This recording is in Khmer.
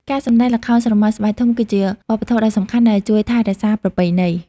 ការសម្តែងល្ខោនស្រមោលស្បែកធំ គឺជាវប្បធម៌ដ៏សំខាន់ដែលជួយថែរក្សាប្រពៃណី។